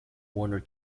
warner